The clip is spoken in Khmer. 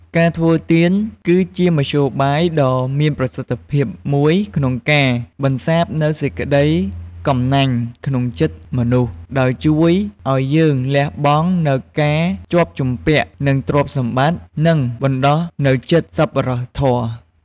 ការធ្វើទាន គឺជាមធ្យោបាយដ៏មានប្រសិទ្ធភាពមួយក្នុងការបន្សាបនូវសេចក្តីកំណាញ់ក្នុងចិត្តមនុស្ស ដោយជួយឲ្យយើងលះបង់នូវការជាប់ជំពាក់នឹងទ្រព្យសម្បត្តិ និងបណ្ដុះនូវចិត្តសប្បុរសធម៌។